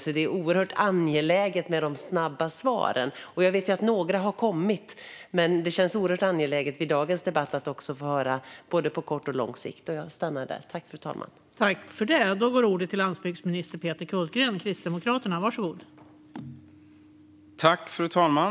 Det är därför oerhört angeläget med de snabba svaren. Och jag vet att några har kommit. Men det känns oerhört angeläget att i dagens debatt få höra vad som kommer att göras både på kort och på lång sikt.